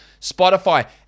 Spotify